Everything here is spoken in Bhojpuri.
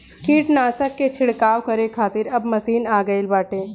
कीटनाशक के छिड़काव करे खातिर अब मशीन आ गईल बाटे